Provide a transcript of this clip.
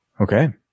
okay